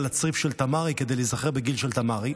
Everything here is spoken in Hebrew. הצריף של תמרי כדי להיזכר בגיל של תמרי.